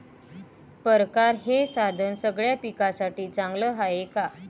परकारं हे साधन सगळ्या पिकासाठी चांगलं हाये का?